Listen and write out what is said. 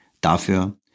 dafür